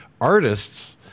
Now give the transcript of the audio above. Artists